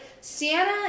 Sienna